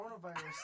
coronavirus